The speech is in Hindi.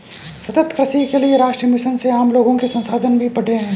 सतत कृषि के लिए राष्ट्रीय मिशन से आम लोगो के संसाधन भी बढ़े है